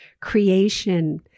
Creation